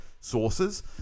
sources